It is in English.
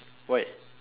why